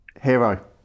Hero